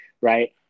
right